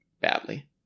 badly